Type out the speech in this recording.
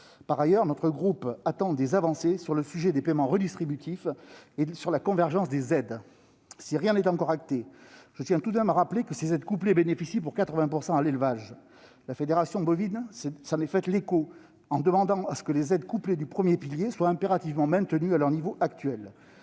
Par ailleurs, notre groupe attend des avancées sur le sujet des paiements redistributifs et sur la convergence des aides. Si rien n'est encore acté, je tiens tout de même à rappeler que ces aides couplées bénéficient pour 80 % à l'élevage. La Fédération nationale bovine (FNB) s'est fait l'écho de cette préoccupation, en demandant que les aides couplées du premier pilier soient impérativement maintenues à leur niveau actuel.